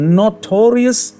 notorious